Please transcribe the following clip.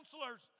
counselors